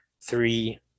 three